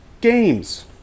games